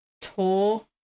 tour